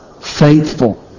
faithful